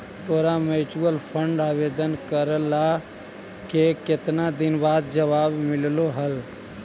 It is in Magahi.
तोरा म्यूचूअल फंड आवेदन करला के केतना दिन बाद जवाब मिललो हल?